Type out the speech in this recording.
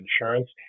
insurance